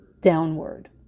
downward